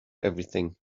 everything